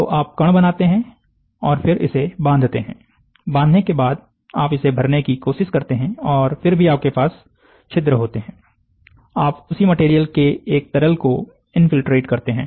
तो आप कण बनाते हैं और फिर इसे बांधते हैं बांधने के बाद आप इसे भरने की कोशिश करते हैं और फिर भी आपके पास छिद्र होते हैं आप उसी मटेरियल के एक तरल को इनफील्ट्रेट करते है